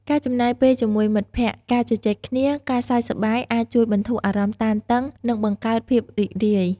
ការចំណាយពេលជាមួយមិត្តភក្តិ ការជជែកគ្នា ការសើចសប្បាយ អាចជួយបន្ធូរអារម្មណ៍តានតឹង និងបង្កើតភាពរីករាយ។